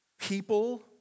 People